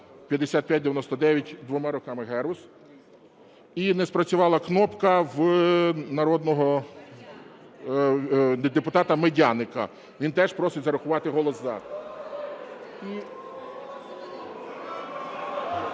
5599 двома руками. Герус". І не спрацювала кнопка в народного депутата Медяника. Він теж просить зарахувати голос "за".